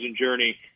journey